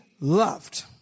loved